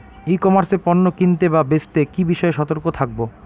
ই commerce এ পণ্য কিনতে বা বেচতে কি বিষয়ে সতর্ক থাকব?